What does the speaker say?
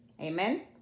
Amen